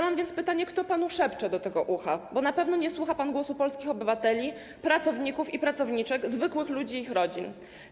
Mam więc pytanie, kto panu szepcze do tego ucha, bo na pewno nie słucha pan głosu polskich obywateli, pracowników i pracowniczek, zwykłych ludzi i ich rodzin.